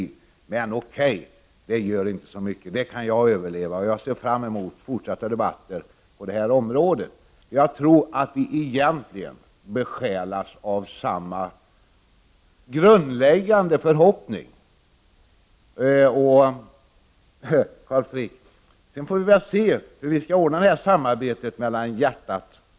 Men, O.K., det gör inte så mycket. Det kan jag överleva. Jag ser fram emot fortsatta debatter på detta område. Jag tror att vi egentligen besjälas av samma grundläggande förhoppning. Vi får väl se, Carl Frick, hur vi ordnar samarbetet mellan hjärnan och hjärtat.